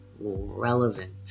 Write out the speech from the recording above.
relevant